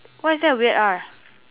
why is there a weird R